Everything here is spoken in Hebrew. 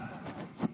מזל טוב.